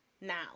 Now